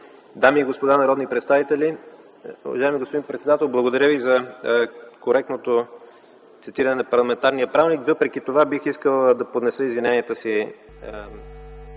дами и господа народни представители! Уважаеми господин председател, благодаря Ви за коректното цитиране на парламентарния правилник. Въпреки това бих искал да поднеса извиненията си